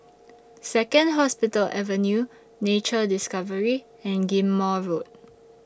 Second Hospital Avenue Nature Discovery and Ghim Moh Road